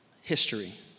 history